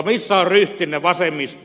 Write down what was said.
missä on ryhtinne vasemmisto